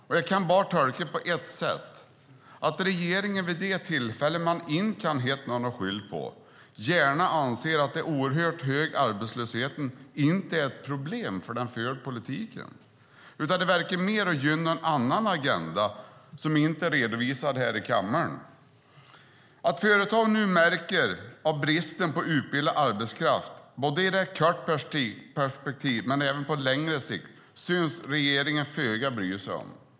Jag kan bara tolka det på ett sätt, och det är att regeringen vid det tillfälle man inte kan hitta någon att skylla på gärna anser att den oerhört höga arbetslösheten inte är ett problem för den förda politiken utan verkar mer gynna en annan agenda, som inte är redovisad här i kammaren. Att företag nu märker av bristen på utbildad arbetskraft både i det korta perspektivet och på länge sikt syns regeringen föga bry sig om.